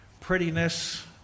prettiness